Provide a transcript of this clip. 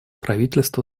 правительство